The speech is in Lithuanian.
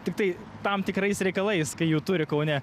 tiktai tam tikrais reikalais kai jų turi kaune